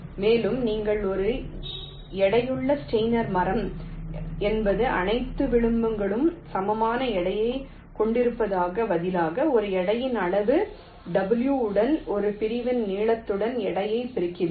மேலும் நீங்கள் ஒரு எடையுள்ள ஸ்டெய்னர் மரம் என்பது அனைத்து விளிம்புகளுக்கும் சமமான எடையைக் கொடுப்பதற்குப் பதிலாக ஒரு எடையின் அளவுரு W உடன் ஒரு பிரிவின் நீளத்துடன் எடையை பெருக்குகிறீர்கள்